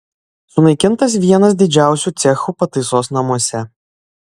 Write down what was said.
sunaikintas vienas didžiausių cechų pataisos namuose